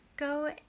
Go